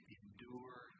endure